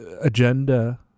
agenda